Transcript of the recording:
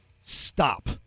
stop